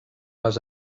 les